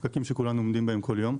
הפקקים שכולנו עומדים בהם כל יום,